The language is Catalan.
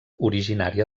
originària